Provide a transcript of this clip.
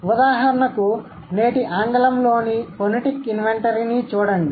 ఉదాహరణకు నేటి ఆంగ్లంలోని ఫొనెటిక్ ఇన్వెంటరీని చూడండి